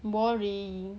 boring